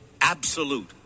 absolute